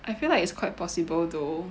I feel like it's quite possible though